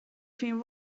fyn